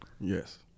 Yes